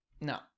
no